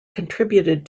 contributed